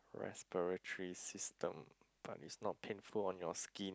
respiratory system but is not painful on your skin